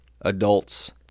adults